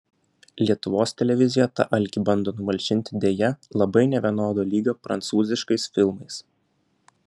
lietuvos televizija tą alkį bando numalšinti deja labai nevienodo lygio prancūziškais filmais